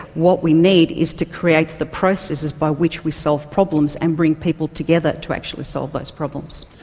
what we need is to create the processes by which we solve problems and bring people together to actually solve those problems.